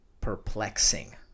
perplexing